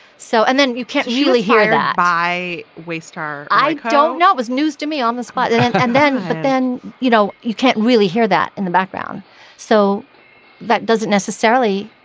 so and then you can't really hear that i waste or i don't know it was news to me on the spot yeah and then but then you know you can't really hear that in the background so that doesn't necessarily.